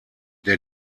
der